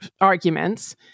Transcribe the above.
arguments